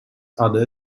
other